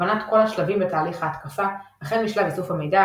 הבנת כל השלבים בתהליך ההתקפה החל משלב איסוף המידע,